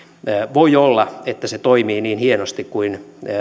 voi olla että se toimii niin hienosti kuin